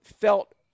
felt –